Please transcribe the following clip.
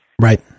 Right